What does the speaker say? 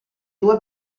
due